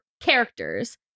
characters